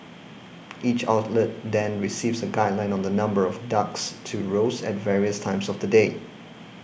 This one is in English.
each outlet then receives a guideline on the number of ducks to roast at various times of the day